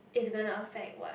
is gonna affect what